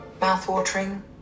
mouth-watering